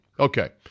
Okay